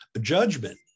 judgment